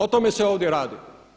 O tome se ovdje radi.